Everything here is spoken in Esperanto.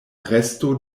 resto